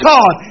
God